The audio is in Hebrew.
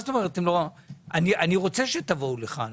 אני רוצה שתבואו לכאן,